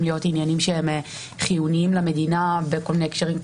להיות עניינים שהם חיוניים למדינה בכל מיני הקשרים,